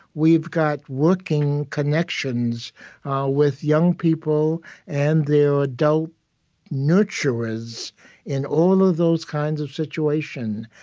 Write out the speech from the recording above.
we've got working connections with young people and their adult nurturers in all of those kinds of situations.